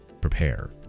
prepare